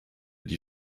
die